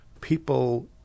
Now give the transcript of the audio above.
People